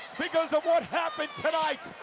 because of what happened tonight.